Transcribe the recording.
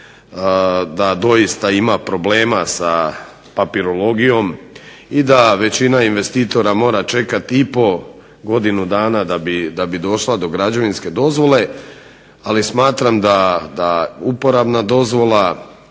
da doista ima problema sa papirologijom i da većina investitora mora čekati i po godinu dana da bi došla do građevinske dozvole. Ali smatram da uporabna dozvola